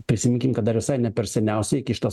prisiminkim kad dar visai ne per seniausiai iki šito